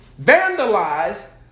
vandalize